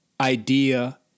idea